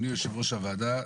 אדוני יושב ראש הוועדה,